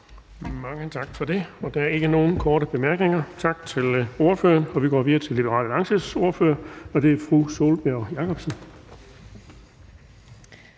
Tak for det. Der er ikke nogen korte bemærkninger, så tak til ordføreren. Vi går videre til Liberal Alliances ordfører, og det er fru Sólbjørg Jakobsen.